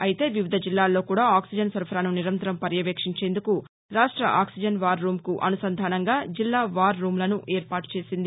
అయితే వివిధ జిల్లాల్లో కూడా ఆక్సిజన్ సరఫరాను నిరంతరం పర్యవేక్షించేందుకు రాష్ట ఆక్సిజన్ వార్ రూమ్కు అనుసంధాసంగా జిల్లా వార్ రూమ్ లను ఏర్పాటుచేసింది